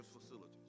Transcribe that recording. facilities